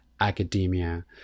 academia